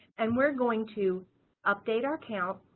and we're going to update our count